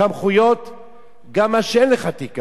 גם מה שאין לך תיקח, לא מה שיש לך תזרוק.